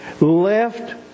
left